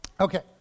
Okay